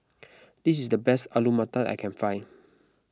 this is the best Alu Matar that I can find